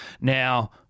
Now